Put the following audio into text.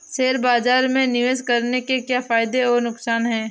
Share बाज़ार में निवेश करने के क्या फायदे और नुकसान हैं?